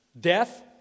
Death